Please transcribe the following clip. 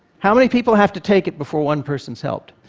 how many people have to take it before one person is helped?